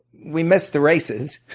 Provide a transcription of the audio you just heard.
we missed the races